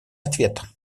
ответа